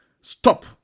stop